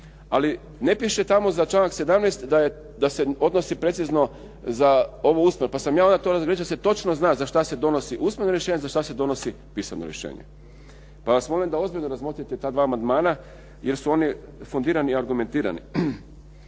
ali ne piše tamo za članak 17. da se odnosi precizno za ovo usmeno. Pa sam ja onda …/Govornik se ne razumije./… točno zna za šta se donosi usmeno rješenje, za šta se donosi pisano rješenje. Pa vas molim da ozbiljno razmotrite ta dva amandmana jer su oni fundirani i argumentirani.